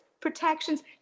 protections